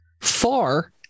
far